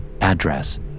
Address